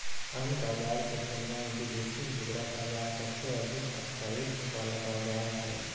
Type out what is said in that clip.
अन्य बाजार के तुलना मे विदेशी मुद्रा बाजार सबसे अधिक स्थायित्व वाला बाजार हय